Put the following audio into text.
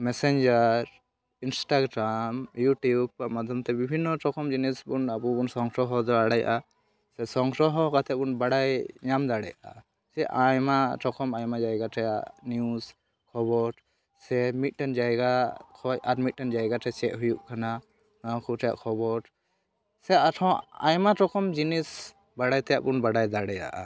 Messenger Instagram YouTube ᱢᱟᱫᱽᱫᱷᱚᱢᱛᱮ ᱵᱤᱵᱷᱤᱱᱱᱚ ᱨᱚᱠᱚᱢ ᱡᱤᱱᱤᱥᱵᱚᱱ ᱟᱵᱚᱵᱚᱱ ᱥᱚᱝᱜᱨᱚᱦᱚ ᱫᱟᱲᱮᱭᱟᱜᱼᱟ ᱥᱮ ᱥᱚᱝᱜᱨᱚᱦᱚ ᱠᱟᱛᱮᱫᱵᱚᱱ ᱵᱟᱲᱟᱭ ᱧᱟᱢ ᱫᱟᱲᱮᱭᱟᱜᱼᱟ ᱥᱮ ᱟᱭᱢᱟ ᱨᱚᱠᱚᱢ ᱟᱭᱢᱟ ᱡᱟᱭᱜᱟ ᱨᱮᱭᱟᱜ ᱱᱤᱭᱩᱡ ᱠᱷᱚᱵᱚᱨ ᱥᱮ ᱢᱤᱫᱴᱮᱱ ᱡᱟᱭᱜᱟ ᱠᱷᱚᱱ ᱟᱨ ᱢᱤᱫᱴᱮᱱ ᱡᱟᱭᱜᱟᱨᱮ ᱪᱮᱫ ᱦᱩᱭᱩᱜ ᱠᱟᱱᱟ ᱚᱱᱟᱠᱚ ᱨᱮᱭᱟᱜ ᱠᱷᱚᱵᱚᱨ ᱥᱮ ᱟᱨᱦᱚᱸ ᱟᱭᱢᱟ ᱨᱚᱠᱚᱢ ᱡᱤᱱᱤᱥ ᱵᱟᱲᱟᱭ ᱛᱮᱭᱟᱜ ᱵᱚᱱ ᱵᱟᱲᱟᱭ ᱫᱟᱲᱮᱭᱟᱜᱼᱟ